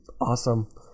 Awesome